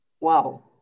Wow